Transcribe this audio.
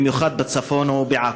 במיוחד בצפון ובעכו.